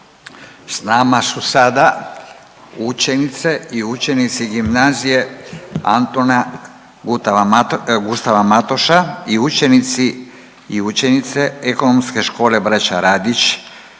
S nama su sada učenice i učenici Gimnazije Antuna Gustava Matoša i učenici i učenice Ekonomske škole Braća Radić